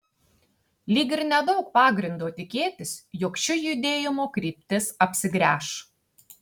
lyg ir nedaug pagrindo tikėtis jog ši judėjimo kryptis apsigręš